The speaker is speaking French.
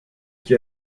qui